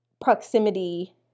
proximity